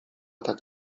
tak